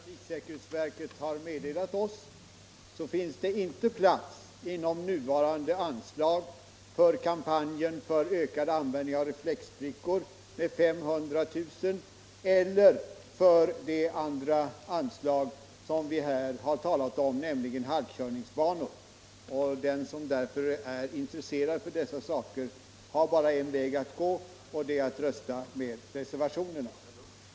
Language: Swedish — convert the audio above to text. Fru talman! Enligt vad trafiksäkerhetsverket meddelat oss finns det inte plats inom nuvarande anslag för kampanjen för ökad användning av reflexbrickor med 500 000 kr. eller för de andra åtgärder som vi här har talat om, nämligen halkkörningsbanor. Den som därför är intresserad av dessa saker har bara en väg att gå och det är att rösta med reservationen.